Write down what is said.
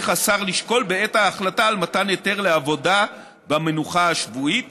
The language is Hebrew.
השר לשקול בעת ההחלטה על מתן היתר לעבודה במנוחה השבועית